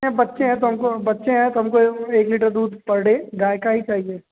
बच्चे हैं तो हमको बच्चे हैं तो हमको एक लीटर दूध पर डे गाय का ही चाहिए